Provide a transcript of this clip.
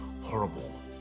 horrible